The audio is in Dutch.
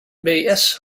nmbs